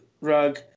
rug